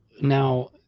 Now